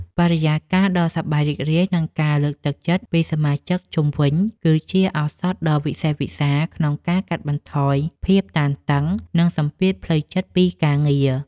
បរិយាកាសដ៏សប្បាយរីករាយ និងការលើកទឹកចិត្តពីសមាជិកជុំវិញ គឺជាឱសថដ៏វិសេសវិសាលក្នុងការកាត់បន្ថយភាពតានតឹង និងសម្ពាធផ្លូវចិត្តពីការងារ។